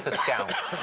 scout.